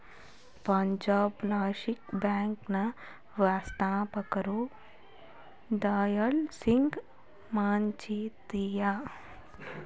Punjab National Bank ನ ಸ್ಥಾಪಕರು ದಯಾಳ್ ಸಿಂಗ್ ಮಜಿತಿಯ